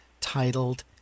titled